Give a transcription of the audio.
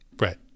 right